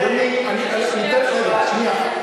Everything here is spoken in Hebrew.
אדוני, אדוני, אני רוצה, שנייה.